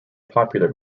popular